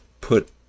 put